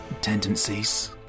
tendencies